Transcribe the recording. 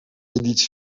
editie